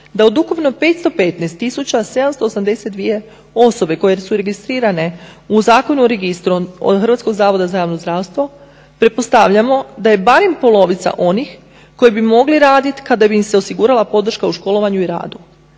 da od ukupno 515,782 osobe koje su registrirane u Zakonu o registru HZJZ pretpostavljamo da je barem polovica onih koji bi mogli raditi kada bi im se osigurala podrška u školovanju i radu.